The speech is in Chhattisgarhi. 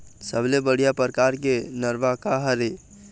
सबले बढ़िया परकार के गरवा का हर ये?